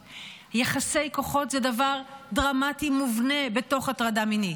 יחסי כוחות זה דבר דרמטי מובנה בתוך הטרדה מינית.